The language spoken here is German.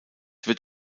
wird